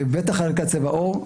בטח על רקע צבע עור,